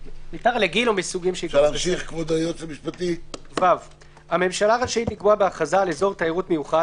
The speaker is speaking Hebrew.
לגיל או מסוגים --- (ו)הממשלה רשאית לקבוע בהכרזה על אזור תיירות מיוחד